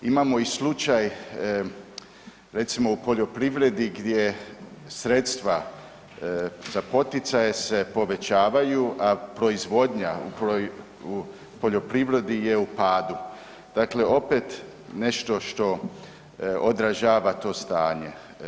Imamo i slučaj recimo u poljoprivredi gdje sredstva za poticaje se povećavaju a proizvodnja u poljoprivredi je u padu, dakle opet nešto što odražava to stanje.